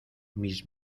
mis